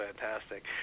fantastic